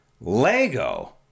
Lego